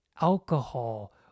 alcohol